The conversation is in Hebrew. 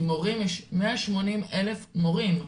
כי מורים יש 180,000 מורים,